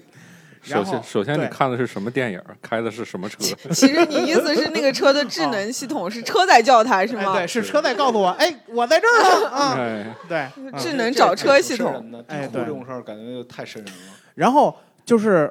首先-然后，首先你对。看的是什么电影，开的是什么车？其- 其实你意思是那个车的智 啊。能系统是车在叫他， 是吗？哎，对，是车在是。告诉我，哎，我在这儿呢，啊， 哎。对，智嗯。能找车系统。这- 这- 这挺瘆人的，哎，对。这种事儿感觉就太瘆人了。然后，就是